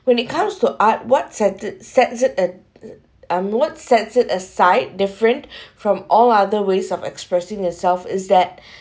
when it comes to art what set it set it it um what sets it aside different from all other ways of expressing itself is that